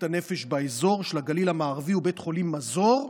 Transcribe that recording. הנפש באזור של הגליל המערבי הוא בית חולים מזור.